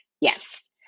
yes